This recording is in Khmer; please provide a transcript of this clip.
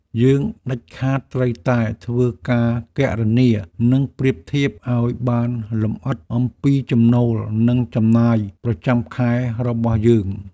យើងដាច់ខាតត្រូវតែធ្វើការគណនា និងប្រៀបធៀបឱ្យបានលម្អិតអំពីចំណូលនិងចំណាយប្រចាំខែរបស់យើង។